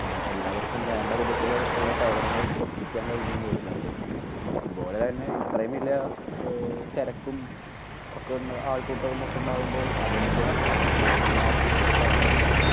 എല്ലാവർക്കും വേണ്ട വിധത്തിലുള്ള സേവനങ്ങൾ എത്തിക്കാൻ കഴിഞ്ഞുവെന്ന് വരില്ല അപ്പോൾ അതുപോലെ തന്നെ ഇത്രയും വലിയ തിരക്കും ഒക്കെ ആൾക്കൂട്ടവും ഒക്കെ ഉണ്ടാകുമ്പോൾ അതനുസരിച്ച് നഴ്സുമാർക്കും ഡോക്ടർമാർക്കും